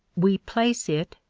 we place it,